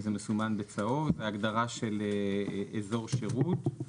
זה מסומן בצהוב, ההגדרה של אזור שירות.